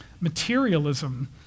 Materialism